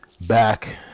back